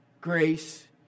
grace